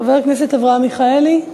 חבר הכנסת אברהם מיכאלי,